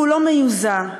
כולו מיוזע,